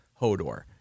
Hodor